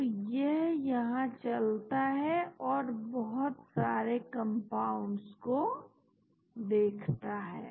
तो यह यहां चलता है और यह बहुत सारे कंपाउंड्स को देखता है